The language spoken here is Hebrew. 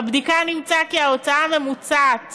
בבדיקה נמצא כי ההוצאה הממוצעת